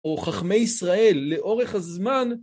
או חכמי ישראל לאורך הזמן